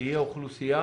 תהיה אוכלוסייה